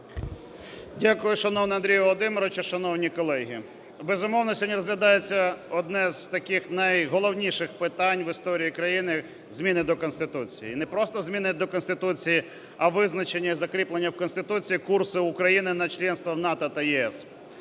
Дякую, шановний Андрій Володимирович. Шановні колеги, безумовно, сьогодні розглядається одне з таких найголовніших питань в історії країни – зміни до Конституції. І не просто зміни до Конституції, а визначення і закріплення в Конституцію курсу України на членство в НАТО та ЄС.